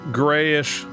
grayish